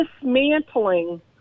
dismantling